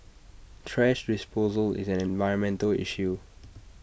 thrash disposal is an environmental issue